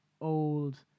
old